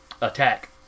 attack